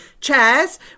chairs